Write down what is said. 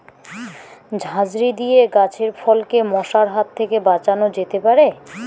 ঝাঁঝরি দিয়ে গাছের ফলকে মশার হাত থেকে বাঁচানো যেতে পারে?